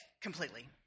completely